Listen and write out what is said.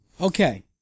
Okay